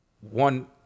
One